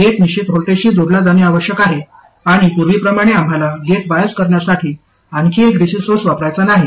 gate निश्चित व्होल्टेजशी जोडला जाणे आवश्यक आहे आणि पूर्वीप्रमाणे आम्हाला गेट बायस करण्यासाठी आणखी एक डीसी सोर्स वापरायचा नाही